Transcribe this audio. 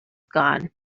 gone